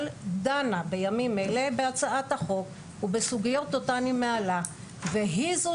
דנה ימים אלה בהצעת החוק ובסוגיות אותן היא מעלה והיא זו